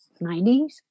90s